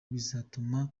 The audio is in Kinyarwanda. bizatuma